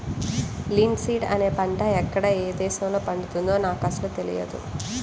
linseed అనే పంట ఎక్కడ ఏ దేశంలో పండుతుందో నాకు అసలు తెలియదు